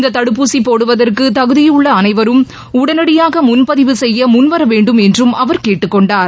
இந்த தடுப்பூசி போடுவதற்கு தகுதியுள்ள அனைவரும் உடனடியாக முன்பதிவு செய்ய முன்வர வேண்டும் என்றும் அவர் கேட்டுக் கொண்டார்